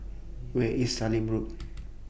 Where IS Sallim Road